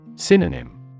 Synonym